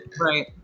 right